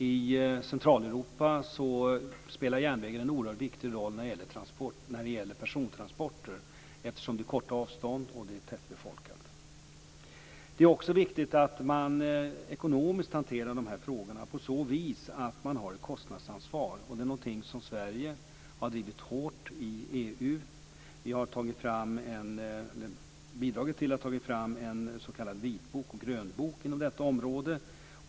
I Centraleuropa spelar järnvägen en oerhört viktig roll när det gäller persontransporter, eftersom det är korta avstånd och tättbefolkat. Det är också viktigt att man ekonomiskt hanterar de här frågorna på så vis att man har ett kostnadsansvar. Det är någonting som Sverige har drivit hårt i EU. Vi har bidragit till att man tagit fram en s.k. vitbok och en grönbok inom detta område.